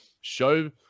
show